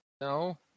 No